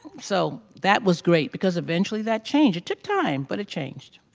so, that was great. because eventually that changed, it took time, but it changed.